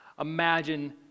imagine